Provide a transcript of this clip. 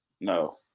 No